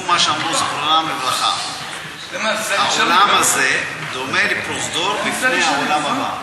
והוא מה שאמרו זיכרונם לברכה: העולם הזה דומה לפרוזדור בפני העולם הבא.